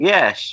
Yes